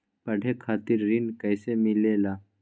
पढे खातीर ऋण कईसे मिले ला?